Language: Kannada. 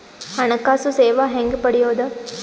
ಹಣಕಾಸು ಸೇವಾ ಹೆಂಗ ಪಡಿಯೊದ?